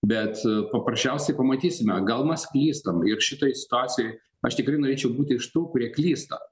bet paprasčiausiai pamatysime gal mes klystam ir šitoj situacijoj aš tikrai norėčiau būti iš tų kurie klysta